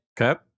Okay